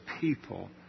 people